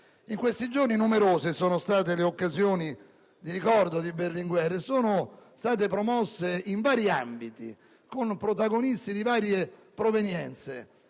In questi giorni numerose sono state le occasioni di ricordo di Berlinguer e sono state promosse in vari ambiti, con protagonisti di diverse provenienze.